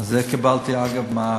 את זה קיבלתי, אגב, מהכנסת.